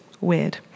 Weird